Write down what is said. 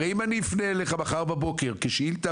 הרי אם אני אפנה אליך מחר בבוקר כשאילתה